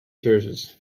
churches